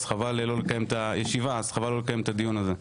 וחבל לא לקיים את הדיון הזה.